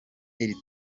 iri